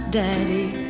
daddy